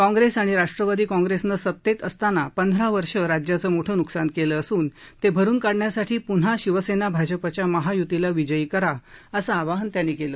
काँग्रेस आणि राष्ट्रवादी काँप्रेसनं सत्तेत असताना पंधरा वर्ष राज्याचं मोठं नुकसान केलं असून ते भरून काढण्यासाठी पुन्हा शिवसेना भाजपच्या महायुतीला विजयी करा असं आवाहन त्यांनी केलं